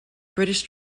british